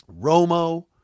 Romo